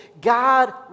God